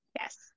Yes